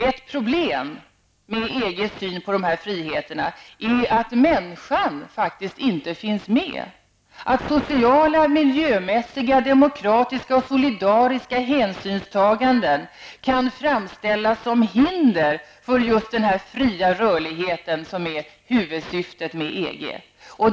Ett problem med EGs syn på dessa friheter är att människan faktiskt inte finns med, att sociala, miljömässiga, demokratiska och solidariska hänsynstaganden kan framställas som hinder för den fria rörlighet som är huvudsyftet med EG.